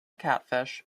catfish